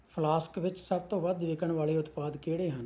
flask ਵਿੱਚ ਸਭ ਤੋਂ ਵੱਧ ਵਿਕਣ ਵਾਲੇ ਉਤਪਾਦ ਕਿਹੜੇ ਹਨ